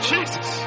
Jesus